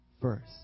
first